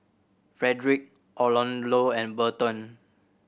Frederic Arnoldo and Burton